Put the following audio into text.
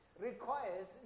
requires